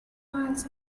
miles